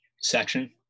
section